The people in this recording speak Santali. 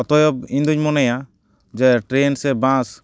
ᱚᱛᱚᱭᱮᱵ ᱤᱧᱫᱩᱧ ᱢᱚᱱᱮᱭᱟ ᱡᱮ ᱴᱨᱮᱱ ᱥᱮ ᱵᱟᱥ